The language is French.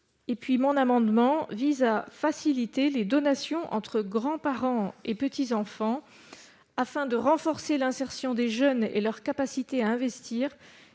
Cet amendement vise à faciliter les donations entre grands-parents et petits-enfants. Afin de renforcer l'insertion des jeunes et leur capacité à investir,